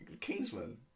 Kingsman